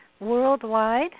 worldwide